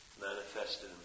manifested